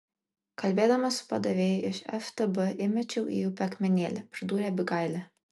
kalbėdama su padavėju iš ftb įmečiau į upę akmenėlį pridūrė abigailė